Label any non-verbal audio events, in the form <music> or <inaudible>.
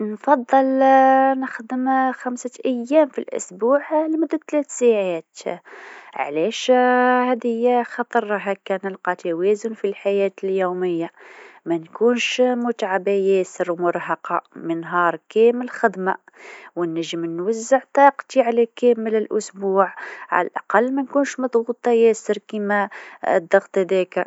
نفضل <hesitation> نخدم خمسة أيام في الأسبوع لمدة ثلاث ساعات، علاش؟ <hesitation> هذيا خاطر هكه نلقى توازن في الحياة اليوميه ما تكونش متعبه ياسر و مرهقه من نهار كامل خدمه، وانجم نوزع طاقتي على كامل الأسبوع، على الأقل ما نكونش مضغوطه ياسر كيما الضغط هذاكا.